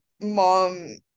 mom